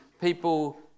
People